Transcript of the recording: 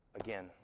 again